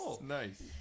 Nice